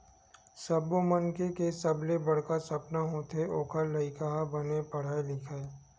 सब्बो मनखे के सबले बड़का सपना होथे ओखर लइका ह बने पड़हय लिखय